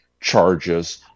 charges